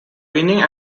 winning